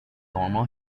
normal